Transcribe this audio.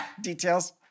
Details